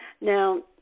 Now